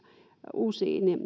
uusiin